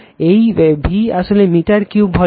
এই V আসলে metre কিউবের ভলিউম